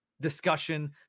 discussion